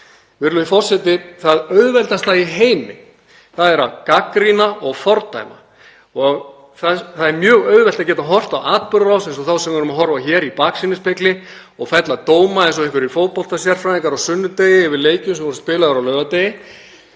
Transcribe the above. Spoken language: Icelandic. Virðulegur forseti. Það auðveldasta í heimi er að gagnrýna og fordæma og það er mjög auðvelt að geta horft á atburðarás eins og þá sem við erum að horfa á hér í baksýnisspegli og fella dóma eins og einhverjir fótboltasérfræðingar á sunnudegi yfir leikjum sem voru spilaðir á laugardegi,